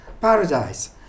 paradise